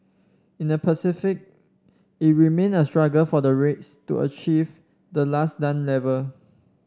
in the Pacific it remained a struggle for the rates to achieve the last done level